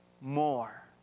more